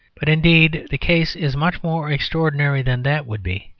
but, indeed, the case is much more extraordinary than that would be.